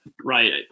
right